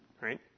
right